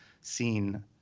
seen